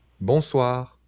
Bonsoir